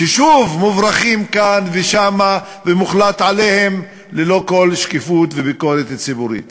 ששוב מוברחים כאן ושם ומוחלט עליהם ללא כל שקיפות וביקורת ציבורית,